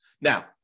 Now